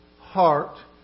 heart